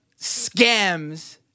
scams